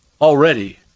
already